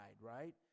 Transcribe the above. right